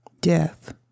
death